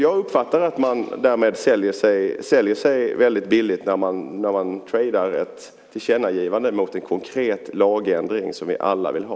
Jag uppfattar att man säljer sig väldigt billigt när man "tradar" ett tillkännagivande mot en konkret lagändring som vi alla vill ha.